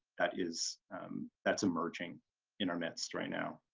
that is that's emerging in our midst right now.